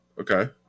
Okay